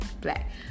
black